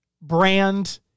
brand